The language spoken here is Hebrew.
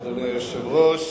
אדוני היושב-ראש,